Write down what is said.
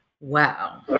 Wow